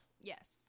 Yes